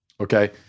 Okay